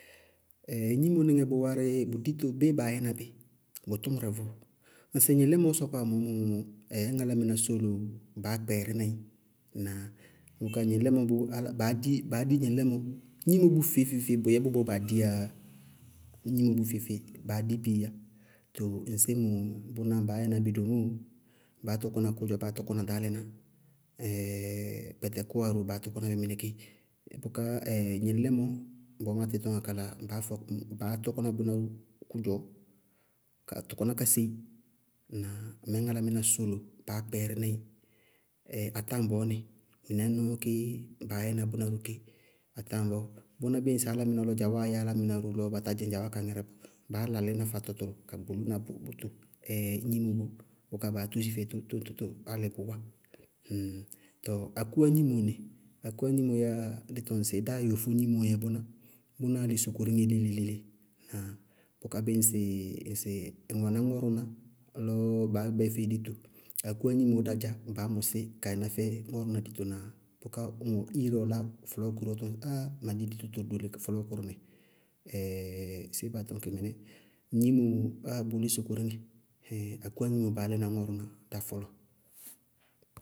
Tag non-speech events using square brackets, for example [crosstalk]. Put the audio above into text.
[hesitation] gnimoníŋɛ bʋ wárɩ, bʋ dito, béé baá yɛna bí? Bʋ tʋmʋrɛ vʋʋ, [hesitation] ŋsɩ gnɩŋlɛmɔɔ sɔkɔwá mɔɔ mɔ ñŋsɩ álámɩná sólo, baá kpɛɛrína í. Ŋnáa? Bʋká gnɩŋlɩmɔ bʋ, baá di- baá di gnɩŋlɩmɔ bʋ, gnimo bʋ feé-feé, bʋyɛ bʋ bɔɔ baa diyáá yá. Gnimo bʋ feé, baá di bɩí yá, tɔɔ ŋsémo bʋná baá yɛna bí domóo, baá tɔkɔna kʋdzɔɔ baá tɔkɔna ɖaálaná. [hesitation] kpɛtɛkʋwa ró, baá tɔkɔna bí mɩnɛ ké. Bʋká [hesitation] gnɩŋlɩmɔ, bɔɔ má tíɩ tɔñŋá kala, baá fɔkína, baá tɔkɔna bʋná ró kʋdzɔɔ, ka tɔkɔná kásei, ŋnáa? Mɛɛ ñŋ álámɩná sólo, baá kpɛɛrína í, atáŋbɔɔ nɩ, mɩnɛ nɔɔ kéé baá yɛna bʋná ró, atáŋbɔɔ. Bʋná bíɩ dzawáa yɛ álámɩná lɔ ba tá dzɩŋ dzawáa ká ŋírɛ bɔɔ baá lalína fátɔ tʋrʋ ka gbolóna bʋtʋ ɛɛ gnimo bʋ, bʋká baá tórósi fɛɩ tóró-tóró-tóró álɩ bʋ wá [hesitation] tɔɔ akúwá gnimo nɩ? Akúwá gnimo yáa dí tɔŋ sɩ dá yofó gnimoó dzɛ bʋná, bʋnáa lí sokoríŋɛ léle-léle, ñŋá bʋká bíɩ ŋsɩɩ ŋ wɛná ŋɔrʋná lɔ baá gɛ bá yɛ fɛɩ dito, akúwá gnimoó dá dzá, baá mɔsí ka yɛná fɛ ŋɔrʋná dito na bʋká bíɩ iréé ɔ lá ɔ fɔlɔɔ na ɔ tɔŋ sɩ áá! Ma di dito tʋrʋ doole fɔlɔɔkʋrʋ nɩ, [hesitation] séé baá tɔñkɩ mɩní? Gnimooo áa bʋʋlí sokoriŋɛ! Ɛɛ akúwá gnimoó baá lɛna ŋɔrʋná daá fɔlɔɔ.